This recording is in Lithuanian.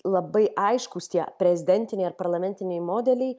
labai aiškūs tie prezidentiniai ar parlamentiniai modeliai